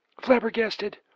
Flabbergasted